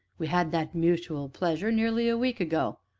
we had that mutual pleasure nearly a week ago,